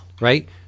right